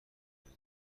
رضای